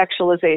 sexualization